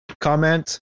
comment